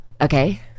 okay